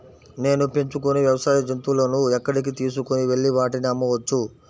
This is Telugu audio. నేను పెంచుకొనే వ్యవసాయ జంతువులను ఎక్కడికి తీసుకొనివెళ్ళి వాటిని అమ్మవచ్చు?